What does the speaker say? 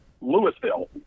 Louisville